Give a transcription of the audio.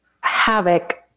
havoc